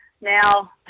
Now